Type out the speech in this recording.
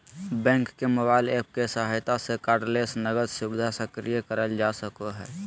bank के mobile app के सहायता से कार्डलेस नकद सुविधा सक्रिय करल जा सको हय